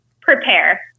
prepare